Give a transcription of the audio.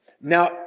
Now